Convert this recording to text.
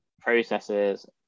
processes